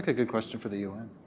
good question for the un.